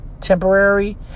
temporary